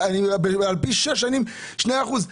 0.1%. על פני שש שנים אחוז אחד.